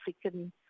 African